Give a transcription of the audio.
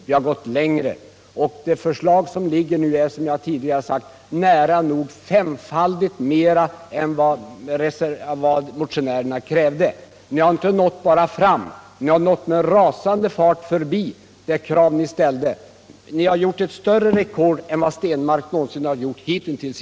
Vi har gått längre, och det förslag som nu föreligger ger, som jag tidigare har sagt, nära nog fem gånger mer än vad motionärerna krävde. Ni har inte bara nått fram, ni har med rasande fart nått förbi det krav ni ställde. Ni har satt ett större rekord än vad Stenmark någonsin har gjort hittills!